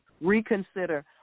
reconsider